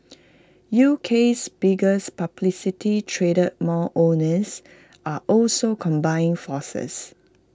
UK's biggest publicly traded mall owners are also combining forces